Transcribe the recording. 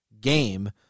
game